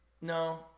no